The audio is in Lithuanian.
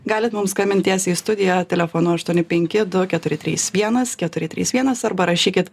galit mums skambint tiesiai į studiją telefonu aštuoni penki du keturi trys vienas keturi trys vienas arba rašykit